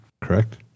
Correct